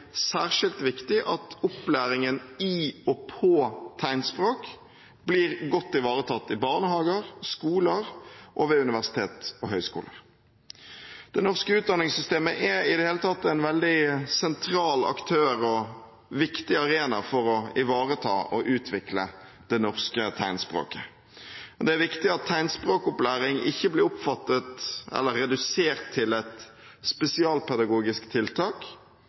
særskilt viktig at opplæringen i og på tegnspråk blir godt ivaretatt i barnehager, på skoler og ved universiteter og høyskoler. Det norske utdanningssystemet er i det hele tatt en veldig sentral aktør og en viktig arena for å ivareta og utvikle det norske tegnspråket. Det er viktig at tegnspråkopplæring ikke blir oppfattet som eller redusert til et spesialpedagogisk tiltak,